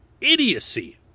idiocy